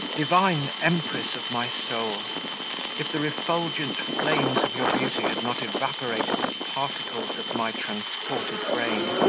divine empress of my soul if the refulgent flames of your beauty had not evaporated the particles of my transported brain,